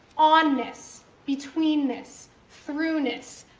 on-ness, between-ness, through-ness,